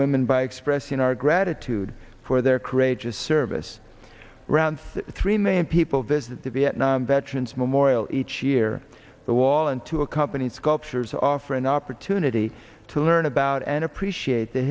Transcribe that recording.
women by expressing our gratitude for their courageous service around three million people visit the vietnam veterans memorial each year the wall and to accompany sculptures offer an opportunity to learn about and appreciate the